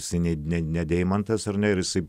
jisai ne ne deimantas ar ne ir jisai